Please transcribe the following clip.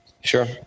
Sure